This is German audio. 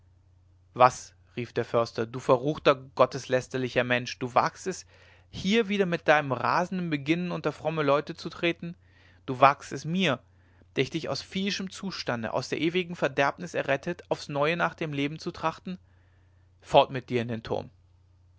was rief der förster du verruchter gotteslästerlicher mensch du wagst es hier wieder mit deinem rasenden beginnen unter fromme leute zu treten du wagst es mir der ich dich aus viehischem zustande aus der ewigen verderbnis errettet aufs neue nach dem leben zu trachten fort mit dir in den turm